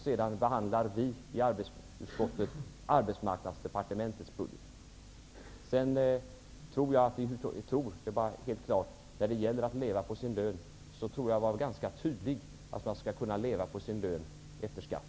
Sedan behandlar vi i arbetsmarknadsutskottet När det gäller att leva på sin lön tror jag att jag var ganska tydlig då jag sade att man skall kunna leva på sin lön efter skatt.